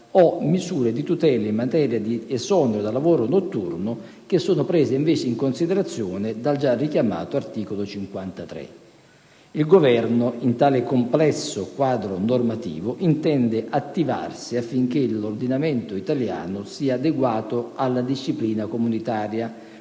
o misure di tutela in materia di esonero dal lavoro notturno, che sono prese invece in considerazione dal già richiamato articolo 53 del decreto legislativo n.151. Il Governo, in tale complesso quadro normativo, intende attivarsi affinché l'ordinamento italiano sia adeguato alla disciplina comunitaria,